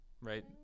right